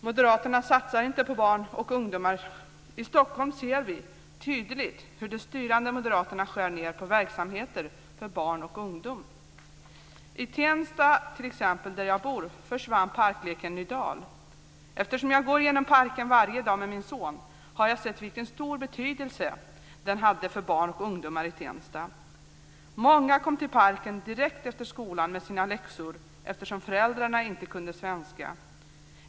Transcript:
Moderaterna satsar inte på barn och ungdomar. I Stockholm ser vi tydligt hur de styrande moderaterna skär ned på verksamheter för barn och ungdom. I t.ex. Tensta, där jag bor, försvann parkleken Nydal. Eftersom jag går genom parken varje dag med min son har jag sett vilken stor betydelse den hade för barn och ungdomar i Tensta. Många kom till parken direkt efter skolan med sina läxor eftersom föräldrarna inte kunde svenska.